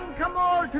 come on!